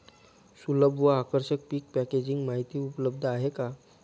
सुलभ व आकर्षक पीक पॅकेजिंग माहिती उपलब्ध आहे का?